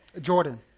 Jordan